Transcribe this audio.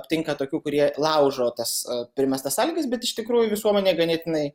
aptinka tokių kurie laužo tas primestas sąlygas bet iš tikrųjų visuomenė ganėtinai